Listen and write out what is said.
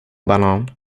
banan